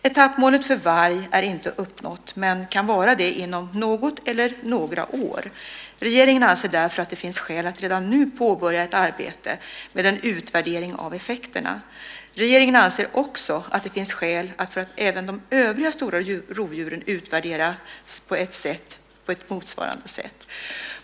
Etappmålet för varg är inte uppnått men kan vara det inom något eller några år. Regeringen anser därför att det finns skäl att redan nu påbörja ett arbete med en utvärdering av effekterna. Regeringen anser också att det finns skäl för att även de övriga stora rovdjuren utvärderas på ett motsvarande sätt.